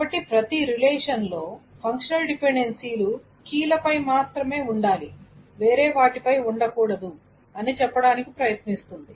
కాబట్టి ప్రతి రిలేషన్ లో ఫంక్షనల్ డిపెండెన్సీలు కీ లపై మాత్రమే ఉండాలి వేరేవాటి పై ఉండకూడదు అని చెప్పడానికి ప్రయత్నిస్తుంది